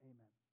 Amen